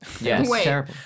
Yes